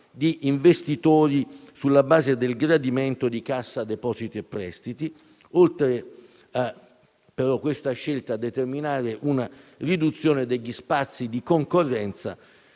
di investitori sulla base del gradimento di Cassa depositi e prestiti, oltre a determinare una riduzione degli spazi di concorrenza